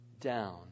down